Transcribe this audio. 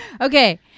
okay